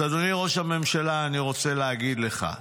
אז אדוני ראש הממשלה, אני רוצה להגיד לך,